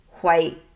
white